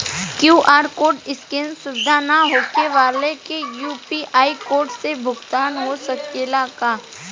QR code scan सुविधा ना होखे वाला के यू.पी.आई कोड से भुगतान हो सकेला का?